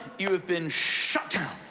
you have been shut down.